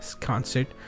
concert